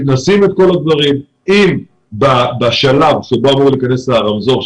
מתנסים בכל הדברים ואם בשלב בו אמור להיכנס הרמזור,